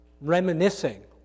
reminiscing